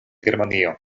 germanio